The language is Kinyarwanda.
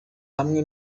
hamwe